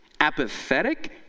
apathetic